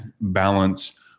balance